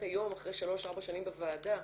היום איתן אחרי שלוש-ארבע שנים בוועדה,